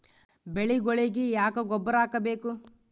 ಬೆಳಿಗೊಳಿಗಿ ಯಾಕ ಗೊಬ್ಬರ ಹಾಕಬೇಕು?